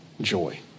joy